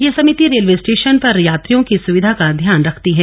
यह सभिति railway station पर यात्रियों की सुविधा का ध्यान रखती है